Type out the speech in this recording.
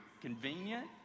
Convenient